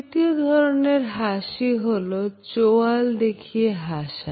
তৃতীয় ধরনের হাসি হলো চোয়াল দেখিয়ে হাসা